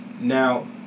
Now